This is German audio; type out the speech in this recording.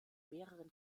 mehreren